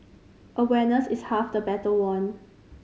awareness is half the battle won